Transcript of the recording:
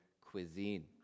cuisine